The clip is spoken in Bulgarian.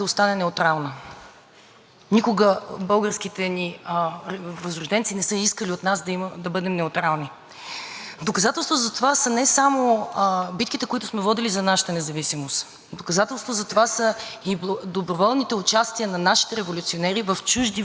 Доказателство за това са не само битките, които сме водили за нашата независимост. Доказателство за това са и доброволните участия на нашите революционери в чужди военни конфликти, когато са смятали, че трябва да застанат на страната на истината, на страната на справедливостта.